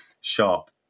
sharp